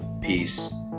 peace